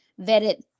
vetted